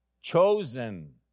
chosen